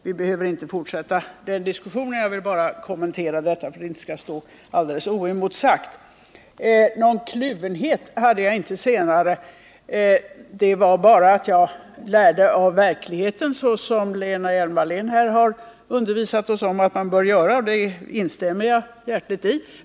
Vi behöver inte fortsätta den diskussionen; jag ville kommentera detta för att det inte skulle stå alldeles oemotsagt. Någon kluvenhet kände jag inte senare. Jag lärde bara av verkligheten, så som Lena Hjelm-Wallén här har undervisat oss om att man bör göra — och det instämmer jag hjärtligt i.